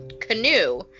canoe